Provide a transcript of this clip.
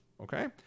Okay